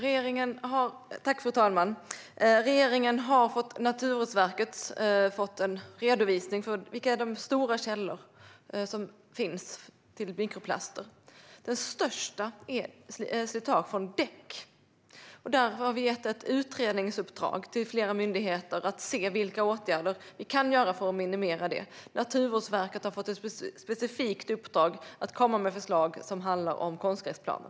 Fru talman! Regeringen har fått en redovisning från Naturvårdsverket om vilka stora källor till mikroplaster som finns. Den största källan är slitage från däck. Därför har vi gett ett utredningsuppdrag till flera myndigheter att se vilka åtgärder som man kan vidta för att minimera mikroplaster. Naturvårdsverket har fått ett specifikt uppdrag att komma med förslag som handlar om konstgräsplaner.